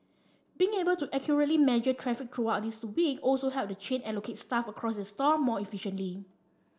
being able to accurately measure traffic throughout the week also helped the chain allocate staff across its store more efficiently